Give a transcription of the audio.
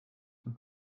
und